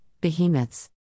behemoths